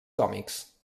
còmics